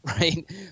right